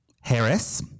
Harris